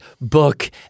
book